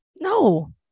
No